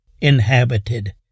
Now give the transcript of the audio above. inhabited